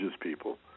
people